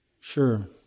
Sure